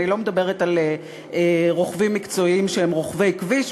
אני לא מדברת על רוכבים מקצועיים שהם רוכבי כביש,